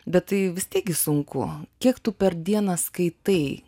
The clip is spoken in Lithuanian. bet tai vis tiek gi sunku kiek tu per dieną skaitai